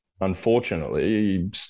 unfortunately